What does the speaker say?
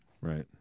Right